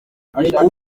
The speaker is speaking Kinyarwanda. ubu